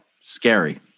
scary